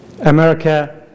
America